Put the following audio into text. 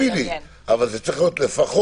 אז אל תגבילי אבל זה צריך להיות מורכב